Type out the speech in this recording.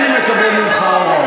אני, מי מקבל הוראות.